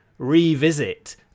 revisit